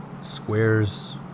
squares